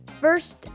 First